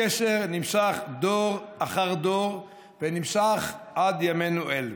הקשר נמשך דור אחר דור ועד ימינו אלה.